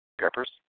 Peppers